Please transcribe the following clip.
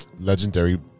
legendary